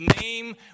name